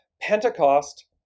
Pentecost